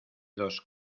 dos